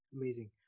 Amazing